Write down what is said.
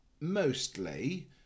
mostly